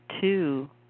two